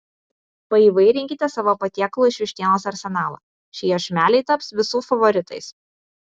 paįvairinkite savo patiekalų iš vištienos arsenalą šie iešmeliai taps visų favoritais